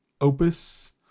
Opus